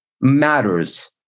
matters